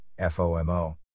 FOMO